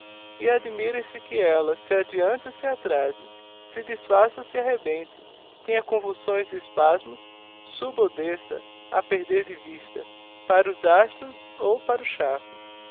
e admirem se de que ella se adeante ou se atraze se desfaça ou arrebente tenha convulsões e espasmos suba ou desça a perder de vista para os astros ou para os charcos